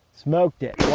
smoked it.